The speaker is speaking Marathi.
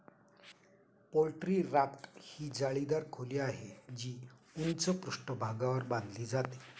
पोल्ट्री राफ्ट ही जाळीदार खोली आहे, जी उंच पृष्ठभागावर बांधली जाते